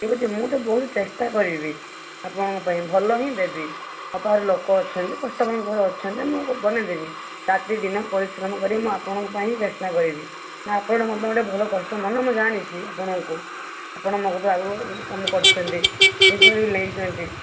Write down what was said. କେମିତି ମୁଁ ତ ବହୁତ ଚେଷ୍ଟା କରିବି ଆପଣଙ୍କ ପାଇଁ ଭଲ ହିଁ ଦେବି ମୋ ପାଖରେ ଲୋକ ଅଛନ୍ତି କଷ୍ଟମର୍ ଅଛନ୍ତି ମୁଁ ବନାଇ ଦେବି ରାତିଦିନ ପରିଶ୍ରମ କରି ମୁଁ ଆପଣଙ୍କ ପାଇଁ ଚେଷ୍ଟା କରିବି ନା ଆପଣ ମୋ ପାଇଁ ଭଲ କଷ୍ଟମର୍ ନା ମୁଁ ଜାଣିଛି ଆପଣଙ୍କୁ ଆପଣ ମୋ କତିରେ ଆଗରୁ କାମ କରିଛନ୍ତି ଜିନିଷ ବି ନେଇଛନ୍ତି